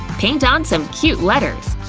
paint on some cute letters.